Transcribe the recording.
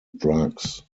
drugs